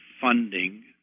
funding